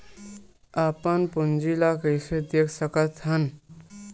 अपन पूंजी ला कइसे देख सकत हन?